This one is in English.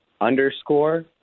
underscore